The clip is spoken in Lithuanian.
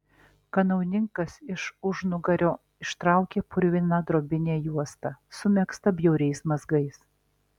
kanauninkas iš užnugario ištraukė purviną drobinę juostą sumegztą bjauriais mazgais